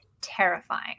terrifying